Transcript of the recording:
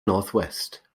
northwest